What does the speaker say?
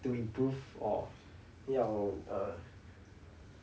to improve or 要 err